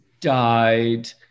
died